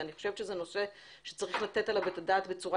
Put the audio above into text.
אני חושבת שזה נושא שצריך לתת עליו את הדעת בצורה